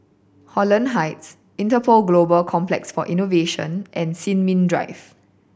Holland Heights Interpol Global Complex for Innovation and Sin Ming Drive